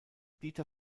dieter